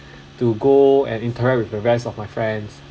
to go and interact with the rest of my friends